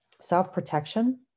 self-protection